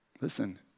Listen